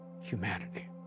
humanity